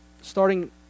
starting